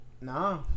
Nah